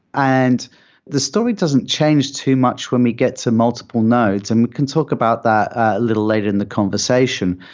and the story doesn't change too much when we get to multiple nodes and we can talk about that a little later in the conversation,